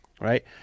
right